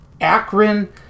Akron